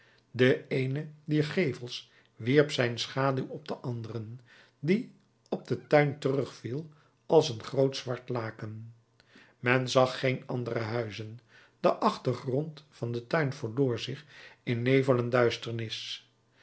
de eene dier gevels wierp zijn schaduw op den anderen die op den tuin terugviel als een groot zwart laken men zag geen andere huizen de achtergrond van den tuin verloor zich in nevel en duisternis